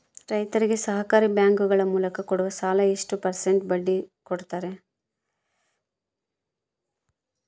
ರೈತರಿಗೆ ಸಹಕಾರಿ ಬ್ಯಾಂಕುಗಳ ಮೂಲಕ ಕೊಡುವ ಸಾಲ ಎಷ್ಟು ಪರ್ಸೆಂಟ್ ಬಡ್ಡಿ ಕೊಡುತ್ತಾರೆ?